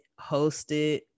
hosted